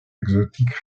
exotiques